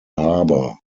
harbor